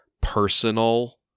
personal